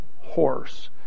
horse